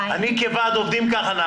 כך נהגתי אני כוועד עובדים.